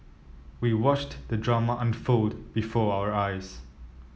we watched the drama unfold before our eyes